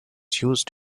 used